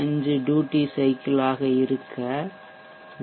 5 duty cycle ஆக இருக்க we